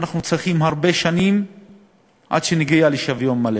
הרבה שנים יעברו עד שנגיע לשוויון מלא